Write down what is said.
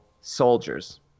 soldiers